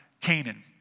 Canaan